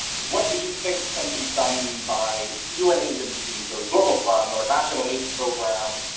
what do you think can be done by un agencies, or global fund, or national aids programs,